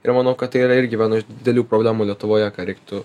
ir manau kad tai yra irgi viena iš didelių problemų lietuvoje ką reiktų